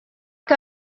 que